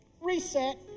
Reset